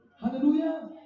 Hallelujah